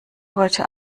heute